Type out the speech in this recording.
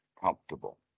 comfortable